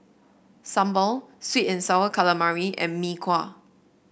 sambal sweet and sour calamari and Mee Kuah